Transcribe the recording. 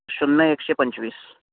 शून्य एकशे पंचवीस